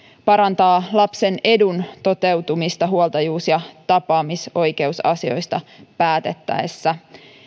parantaa lapsen edun toteutumista huoltajuus ja tapaamisoikeusasioista päätettäessä